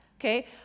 Okay